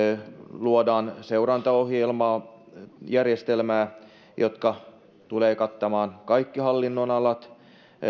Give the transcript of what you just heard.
luodaan seurantaohjelmaa järjestelmää joka tulee kattamaan kaikki hallinnonalat